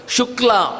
Shukla